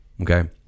okay